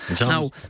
Now